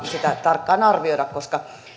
sitä tarkkaan arvioida koska